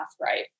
right